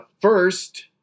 First